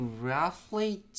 roughly